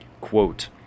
Quote